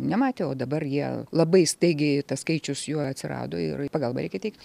nematė o dabar jie labai staigiai tas skaičius jų atsirado ir pagalbą reikia teikt